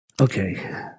Okay